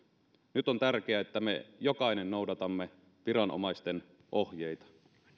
nyt on tärkeää että me jokainen noudatamme viranomaisten ohjeita